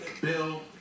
Bill